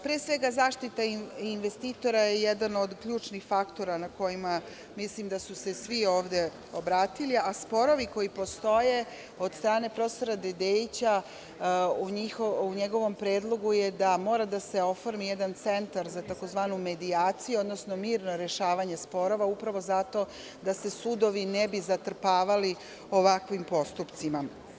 Pre svega zaštita investitora je jedan od ključnih faktora na kojima mislim da su se svi ovde obratili, a sporovi koji postoje od strane profesora Dedeića, u njegovom predlogu je da mora da se oformi jedan centar za tzv. medijaciju, odnosno mirno rešavanje sporova, upravo zato da se sudovi ne bi zatrpavali ovakvim postupcima.